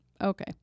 okay